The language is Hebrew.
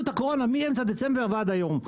את הקורונה מאמצע דצמבר ועד היום.